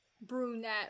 brunette